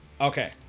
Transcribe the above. Okay